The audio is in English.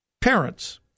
Parents